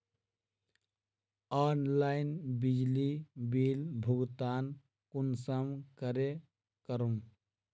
Online बिजली bill भुगतान कुंसम करे करूम?